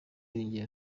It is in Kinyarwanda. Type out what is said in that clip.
yongeye